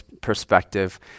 perspective